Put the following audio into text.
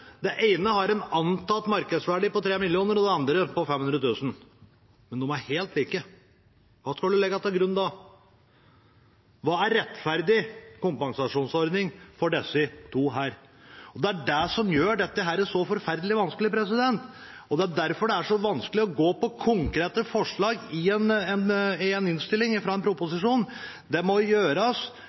det ene har en antatt markedsverdi på 3 mill. kr og det andre på 500 000 kr, men de er helt like? Hva skal en legge til grunn da? Hva er rettferdig kompensasjonsordning for disse to? Det er det som gjør dette så forferdelig vanskelig, og det er derfor det er så vanskelig å gå for konkrete forslag i en innstilling fra en proposisjon. Det må gjøres